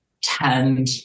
tend